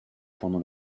pendant